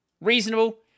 reasonable